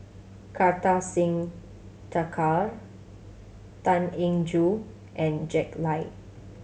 Kartar Singh Thakral Tan Eng Joo and Jack Lai